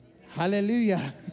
Hallelujah